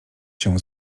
się